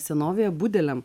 senovėje budeliam